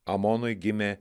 amonui gimė